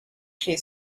she